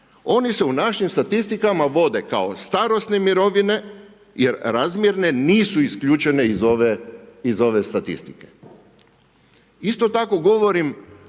Oni se u našim statistikama vode kao starosne mirovine jer razmjerne nisu isključene iz ove statistike. Isto tako govorim